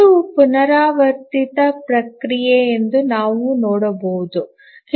ಇದು ಪುನರಾವರ್ತಿತ ಪ್ರಕ್ರಿಯೆ ಎಂದು ನಾವು ನೋಡಬಹುದು